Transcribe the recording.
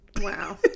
Wow